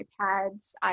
iPads